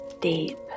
deep